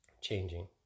changing